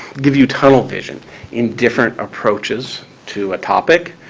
give you tunnel vision in different approaches to a topic.